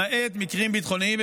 למעט במקרים ביטחוניים.